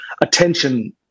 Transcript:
attention